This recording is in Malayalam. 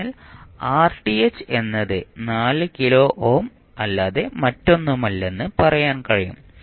അതിനാൽ എന്നത് 4 കിലോ ഓം അല്ലാതെ മറ്റൊന്നുമല്ലെന്ന് പറയാൻ കഴിയും